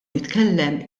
jitkellem